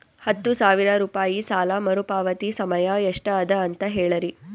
ಹತ್ತು ಸಾವಿರ ರೂಪಾಯಿ ಸಾಲ ಮರುಪಾವತಿ ಸಮಯ ಎಷ್ಟ ಅದ ಅಂತ ಹೇಳರಿ?